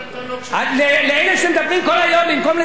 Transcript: לאלה שמדברים כל היום במקום לדבר על המצב הכלכלי,